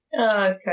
Okay